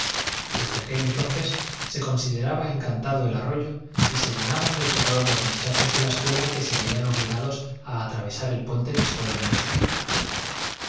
desde aquel entonces se consideraba encantado el arroyo y se llenaban de terror los muchachos de la escuela que se veían obligados a atravesar el puente después de anochecido